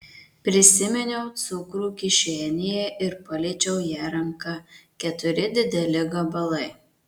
prisiminiau cukrų kišenėje ir paliečiau ją ranka keturi dideli gabalai